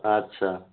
ଆଚ୍ଛା